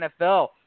NFL